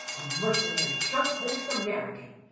a mercenary, sharp-voiced american!